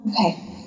Okay